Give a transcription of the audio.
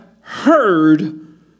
heard